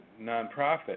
nonprofit